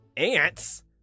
Ants